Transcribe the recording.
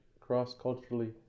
cross-culturally